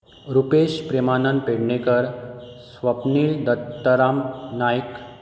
Rupesh Premanand Pednekar Swapnil Dattaram Naik